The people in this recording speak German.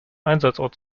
einsatzort